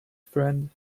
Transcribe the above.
friend